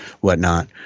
whatnot